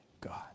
God